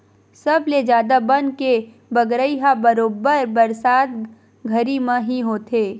सबले जादा बन के बगरई ह बरोबर बरसात घरी म ही होथे